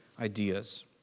ideas